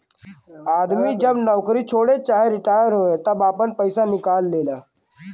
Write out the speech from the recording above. आदमी जब नउकरी छोड़े चाहे रिटाअर होए तब आपन पइसा निकाल लेला